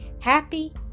happy